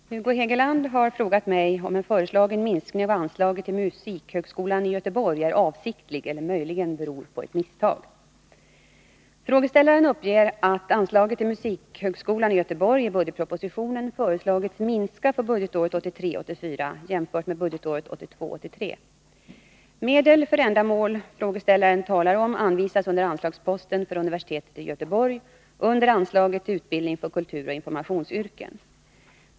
Fru talman! Hugo Hegeland har frågat mig om en föreslagen minskning av anslaget till musikhögskolan i Göteborg är avsiktlig eller möjligen beror på ett misstag. Frågeställaren uppger att anslaget till musikhögskolan i Göteborg i budgetpropositionen föreslagits minska för budgetåret 1983 83. Medel för det ändamål frågeställaren talar om anvisas under anslagsposten för universitetet i Göteborg under anslaget till utbildning för kulturoch informationsyrken.